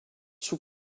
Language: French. sous